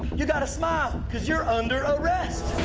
you gotta smile, cause you're under arrest.